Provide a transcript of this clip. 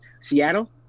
Seattle